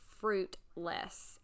fruitless